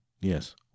Yes